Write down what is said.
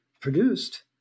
produced